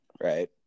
Right